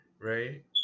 Right